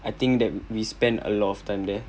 I think that we spend a lot of time there